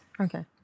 Okay